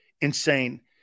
insane